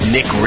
Nick